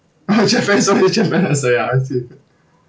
oh japan sorry japan oh sorry ya as it